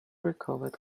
recovered